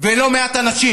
לא מעט אנשים